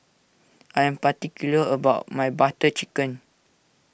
I am particular about my Butter Chicken